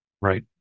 Right